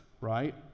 right